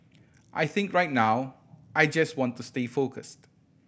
I think right now I just want to stay focused